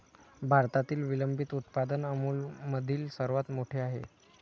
भारतातील विलंबित उत्पादन अमूलमधील सर्वात मोठे आहे